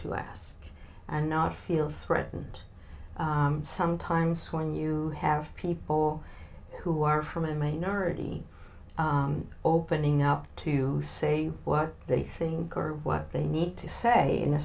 to last and not feel threatened and sometimes when you have people who are from a minority opening up to say what they think or what they need to say in a